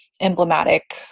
emblematic